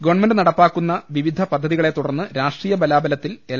government നടപ്പാക്കുന്ന വിവിധ പദ്ധതികളെ തുടർന്ന് രാഷ്ട്രീയ ബലാബലത്തിൽ എൽ